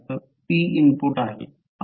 p input आहेत